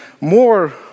more